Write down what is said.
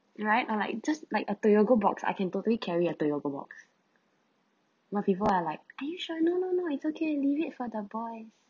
right I'm like just like a toyogo box I can totally carry a toyogo box but people are like are you sure no no no it's okay leave it for the boys